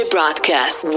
Broadcast